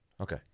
okay